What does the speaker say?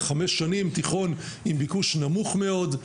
תיכון עם ביקוש נמוך מאוד,